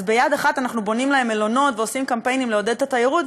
אז ביד האחת אנחנו בונים להם מלונות ועושים קמפיינים לעודד את התיירות,